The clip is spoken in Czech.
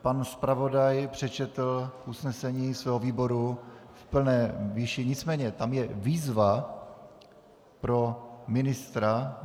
Pan zpravodaj přečetl usnesení svého výboru v plné výši, nicméně tam je výzva pro ministra.